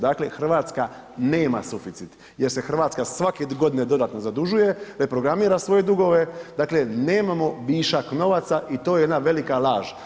Dakle, Hrvatska nema suficit jer se Hrvatska svake godine dodatno zadužuje, reprogramira svoje dugove, dakle nemamo višak novaca i to je jedna velika laž.